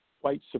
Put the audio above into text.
white